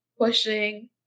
pushing